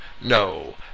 no